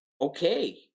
okay